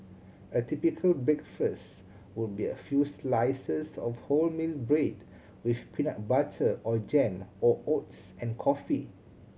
a typical breakfast would be a few slices of wholemeal bread with peanut butter or jam or oats and coffee